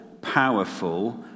powerful